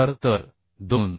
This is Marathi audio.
भार तर 2